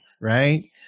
right